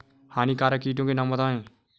हानिकारक कीटों के नाम बताएँ?